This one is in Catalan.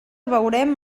veurem